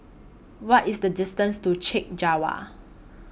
What IS The distance to Chek Jawa